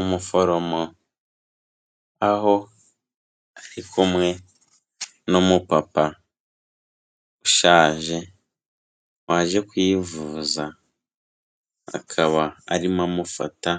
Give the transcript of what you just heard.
Umuforomo, aho ari kumwe n'umupapa ushaje, waje kwivuza. Akaba arimo amufata